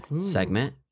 segment